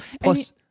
Plus